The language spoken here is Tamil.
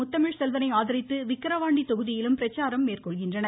முத்தமிழ் செல்வனை ஆதரித்து விக்ரவாண்டி தொகுதியிலும் பிரச்சாரம் மேற்கொள்கிறார்